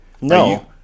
No